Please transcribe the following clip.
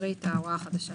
תקריאי את ההוראה החדשה.